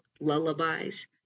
lullabies